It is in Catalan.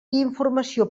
informació